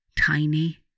tiny